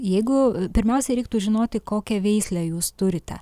jeigu pirmiausiai reiktų žinoti kokią veislę jūs turite